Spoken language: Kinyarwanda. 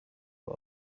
ngo